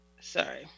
Sorry